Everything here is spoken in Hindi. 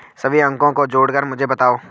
सभी अंकों को जोड़कर मुझे बताओ